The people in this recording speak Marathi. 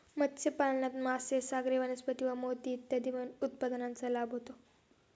मत्स्यपालनात मासे, सागरी वनस्पती व मोती इत्यादी उत्पादनांचा लाभ होतो